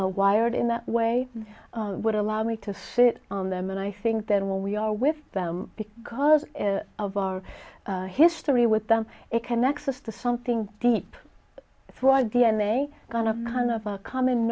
a wired in that way would allow me to sit on them and i think that when we are with them because of our history with them it connects us to something deep fried d n a kind of kind of a common